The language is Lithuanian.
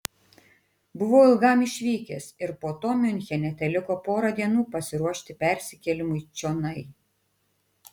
buvau ilgam išvykęs ir po to miunchene teliko pora dienų pasiruošti persikėlimui čionai